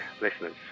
listeners